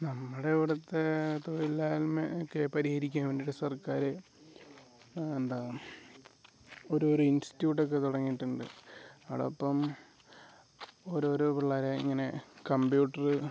നമ്മുടെ ഇവിടുത്തെ തൊഴിലില്ലായ്മ ഒക്കെ പരിഹരിക്കാൻ വേണ്ടിയിട്ട് സർക്കാർ എന്താ ഓരോരോ ഇൻസ്റ്റ്യൂട്ട് ഒക്കെ തുടങ്ങിയിട്ടുണ്ട് അവിടെ അപ്പം ഓരോരോ പിള്ളേരെ ഇങ്ങനെ കമ്പ്യൂട്ട്റ്